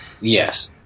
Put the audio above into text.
Yes